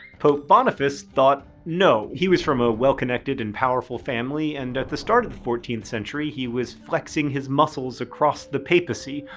pope boniface thought no. he was from a well-connected and powerful family, and at the start of the fourteenth century, he was flexing his muscles across the papacy,